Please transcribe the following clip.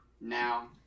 Now